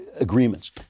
agreements